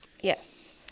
Yes